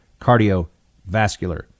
cardiovascular